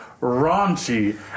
raunchy